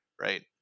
right